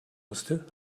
musste